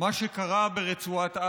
ההסלמה החמורה בדרום.